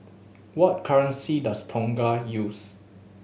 what currency does Tonga use